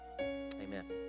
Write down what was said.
Amen